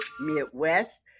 midwest